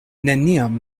neniam